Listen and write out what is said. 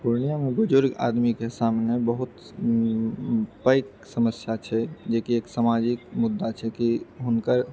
पूर्णियामे बुजुर्ग आदमीके सामने बहुत पैघ समस्या छै जेकि एक समाजिक मुद्दा छै कि हुनकर